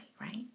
right